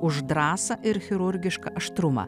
už drąsą ir chirurgiškai aštrumą